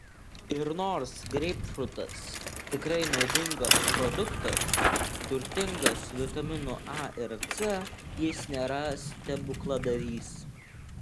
ir nors greipfrutas tikrai naudingas produktas turtingas vitaminų a ir c jis nėra stebukladarys